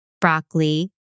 broccoli